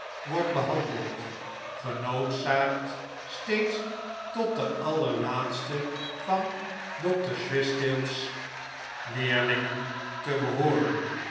wordt behandeld genoodzaakt steeds tot de allerlaatste van dr swishtail's leerlingen te behooren